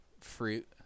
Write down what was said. fruit